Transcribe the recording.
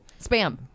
Spam